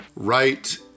right